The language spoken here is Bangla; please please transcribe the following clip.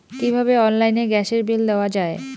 কিভাবে অনলাইনে গ্যাসের বিল দেওয়া যায়?